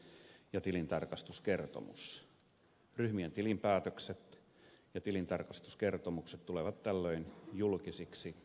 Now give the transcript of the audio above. ryhmien tilinpäätökset ja tilintarkastuskertomukset tulevat tällöin julkisiksi asiakirjoiksi